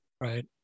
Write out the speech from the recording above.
Right